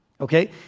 okay